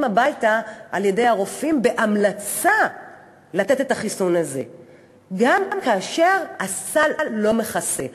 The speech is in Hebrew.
הביתה על-ידי הרופאים עם המלצה לתת את החיסון הזה גם כאשר הסל לא מכסה.